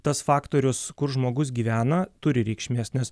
tas faktorius kur žmogus gyvena turi reikšmės nes